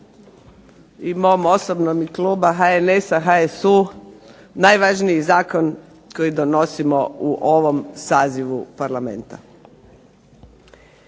i mom osobnom i kluba HNS-a, HSU najvažniji zakon koji donosimo u ovom sazivu Parlamenta.